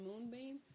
moonbeam